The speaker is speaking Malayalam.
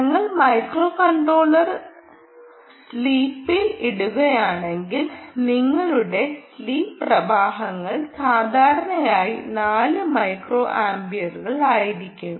ഞങ്ങൾ മൈക്രോകൺട്രോളർ സ്ലീപ്പിൽ ഇടുകയാണെങ്കിൽ നിങ്ങളുടെ സ്ലീപ്പ് പ്രവാഹങ്ങൾ സാധാരണയായി 4 മൈക്രോ ആമ്പിയറുകളായിരിക്കും